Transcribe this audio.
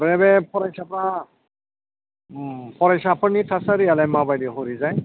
आमफ्राय बे फरायसाफ्रा फरायसाफोरनि थासारियालाय माबादि हरैजाय